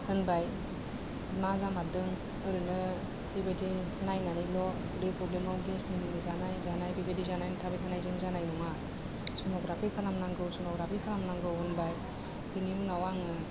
होनबाय मा जामारदों ओरैनो बेबायदि नायनानैल' उदै फ्रब्लेमाव गेसनि मुलि जानाय जानाय बेबायदि जानानै थाबाय थानायजों जानाय नङा सन'ग्राफि खालामनांगौ सन'ग्राफि खालामनांगौ होनबाय बेनि उनाव आङो